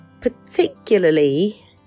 particularly